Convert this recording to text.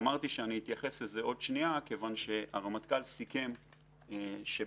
אמרתי שאני אתייחס לזה עוד מעט כיוון שהרמטכ"ל סיכם שבשנת